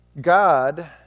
God